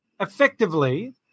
effectively